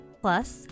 Plus